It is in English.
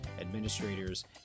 administrators